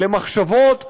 למחשבות שונות,